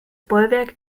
bollwerk